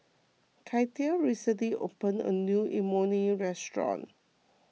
Katia recently opened a new Imoni Restaurant